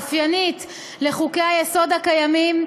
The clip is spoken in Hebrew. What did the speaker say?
האופיינית לחוקי-היסוד הקיימים,